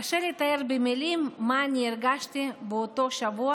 קשה לתאר במילים מה הרגשתי באותו שבוע